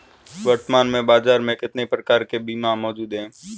वर्तमान में बाज़ार में कितने प्रकार के बीमा मौजूद हैं?